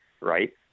right